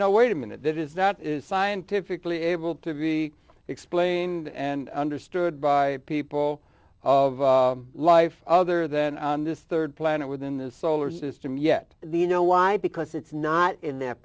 no wait a minute is not is scientifically able to be explained and understood by people of life other than on this rd planet within the solar system yet the you know why because it's not in th